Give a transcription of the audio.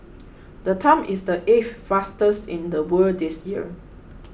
the time is the eighth fastest in the world this year